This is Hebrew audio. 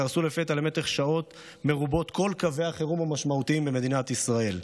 קרסו לפתע למשך שעות מרובות כל קווי החירום המשמעותיים במדינת ישראל,